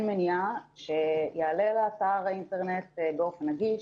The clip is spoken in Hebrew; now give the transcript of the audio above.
מניעה שיעלה לאתר האינטרנט באופן נגיש,